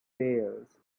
veils